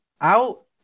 out